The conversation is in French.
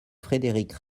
frédéric